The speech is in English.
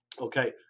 okay